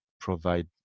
provide